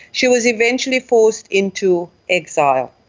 she was eventually forced into exile.